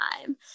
time